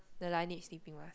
no lah I need to sleep it with